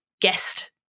guest